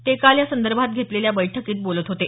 ते काल या संदर्भात घेतलेल्या बैठकीत बोलत होते